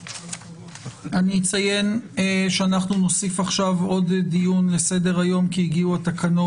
אני אציין שאנחנו נוסיף עכשיו עוד דיון לסדר היום כי הגיעו התקנות,